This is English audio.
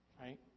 Right